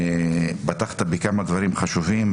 פתחת בכמה דברים חשובים,